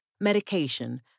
medication